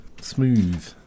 smooth